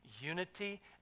unity